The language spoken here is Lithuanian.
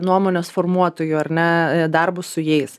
nuomonės formuotojų ar ne darbu su jais